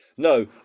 No